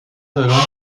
talents